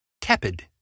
tepid